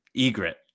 egret